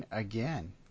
Again